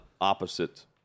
opposite